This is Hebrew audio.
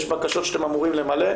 יש בקשות שאתם אמורים למלא.